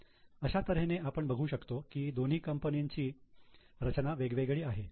अशा तऱ्हेने आपण बघू शकतो की दोन्ही कंपनीची ची रचना वेगवेगळी आहे